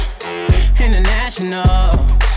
international